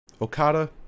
Okada